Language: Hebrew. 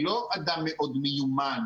היא לא בן אדם מאוד מיומן.